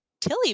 tilly